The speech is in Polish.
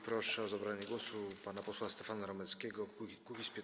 Proszę o zabranie głosu pana posła Stefana Romeckiego, Kukiz’15.